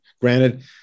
granted